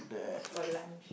just for lunch